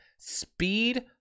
speed